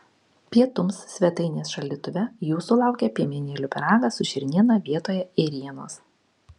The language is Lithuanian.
pietums svetainės šaldytuve jūsų laukia piemenėlių pyragas su šerniena vietoje ėrienos